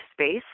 space